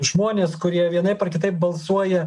žmones kurie vienaip ar kitaip balsuoja